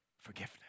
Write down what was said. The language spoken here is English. forgiveness